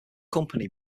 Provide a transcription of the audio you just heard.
company